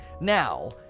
Now